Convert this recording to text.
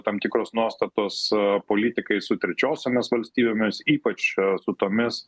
tam tikros nuostatos politikai su trečiosiomis valstybėmis ypač su tomis